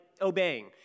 obeying